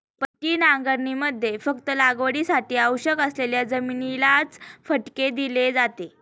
पट्टी नांगरणीमध्ये फक्त लागवडीसाठी आवश्यक असलेली जमिनीलाच फटके दिले जाते